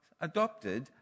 adopted